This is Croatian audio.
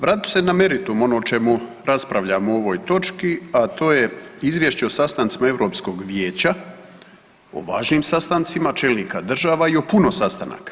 Vratit ću se na meritum ono o čemu raspravljamo u ovoj točki, a to je Izvješće o sastancima Europskog Vijeća o važnim sastancima čelnika država i o puno sastanaka.